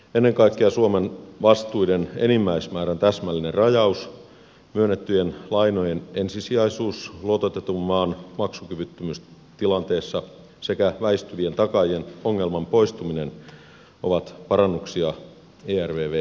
ennen kaikkea suomen vastuiden enimmäismäärän täsmällinen rajaus myönnettyjen lainojen ensisijaisuus luototetun maan maksukyvyttömyystilanteessa sekä väistyvien takaajien ongelman poistuminen ovat parannuksia ervvhen verrattuna